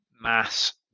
mass